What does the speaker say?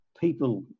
people